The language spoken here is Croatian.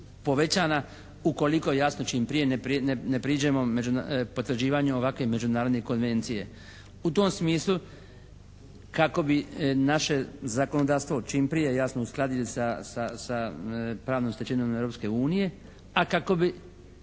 povećana ukoliko jasno čim prije ne priđemo potvrđivanju ovakve međunarodne konvencije. U tom smislu kako bi naše zakonodavstvo čim prije jasno uskladili sa pravnom stečevinom Europske unije, a kako bi